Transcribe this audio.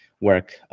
work